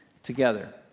together